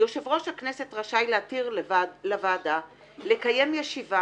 יושב ראש הכנסת רשאי להתיר לוועדה לקיים ישיבה